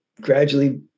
gradually